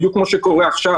בדיוק כמו שקורה עכשיו,